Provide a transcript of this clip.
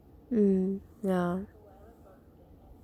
mm ya